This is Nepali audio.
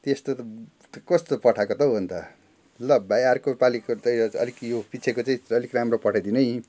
त्यस्तो त कस्तो पठाएको त हो अन्त ल भाइ अर्को पालिको चाहिँ अलिक यो पछिको चाहिँ अलिक राम्रो पठाइदिनु नि है